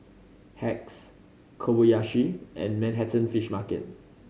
Hacks Kobayashi and Manhattan Fish Market